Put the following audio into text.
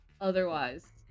Otherwise